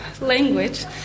language